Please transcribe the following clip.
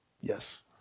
Yes